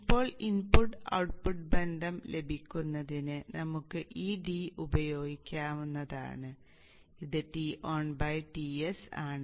ഇപ്പോൾ input output ബന്ധം ലഭിക്കുന്നതിന് നമുക്ക് ഈ d ഉപയോഗിക്കാവുന്നതാണ് ഇത് TonTs ആണ്